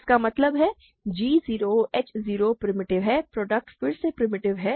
इसका मतलब है कि g 0 h 0 प्रिमिटिव है प्रॉडक्ट फिर से प्रिमिटिव है